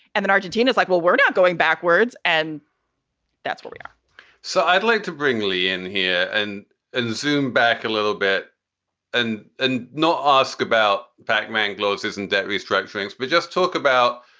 and then argentina is like, well, we're not going backwards. and that's what we are so i'd like to bring lee in here and ah zoom back a little bit and and not ask about man glos isn't debt restructurings, but just talk about.